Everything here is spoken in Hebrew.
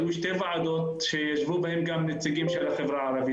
כשהיו שתי וועדות שישבו גם נציגים של החברה הערבית.